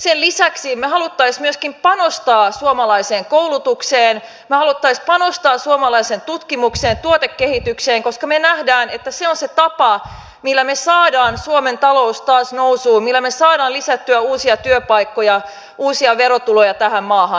sen lisäksi me haluaisimme myöskin panostaa suomalaiseen koulutukseen me haluaisimme panostaa suomalaiseen tutkimukseen tuotekehitykseen koska me näemme että se on se tapa millä me saamme suomen talouden taas nousuun millä me saamme lisättyä uusia työpaikkoja uusia verotuloja tähän maahan